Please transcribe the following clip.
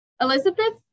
Elizabeth